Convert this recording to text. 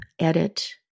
edit